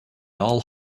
all